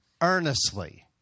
earnestly